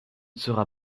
sera